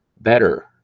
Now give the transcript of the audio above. better